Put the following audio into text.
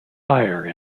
sire